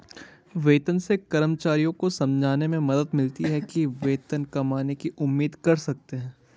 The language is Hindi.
वेतन से कर्मचारियों को समझने में मदद मिलती है कि वे कितना कमाने की उम्मीद कर सकते हैं